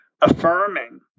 affirming